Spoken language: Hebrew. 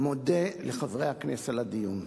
מודה לחברי הכנסת על הדיון.